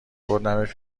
بردمش